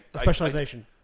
Specialization